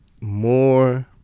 more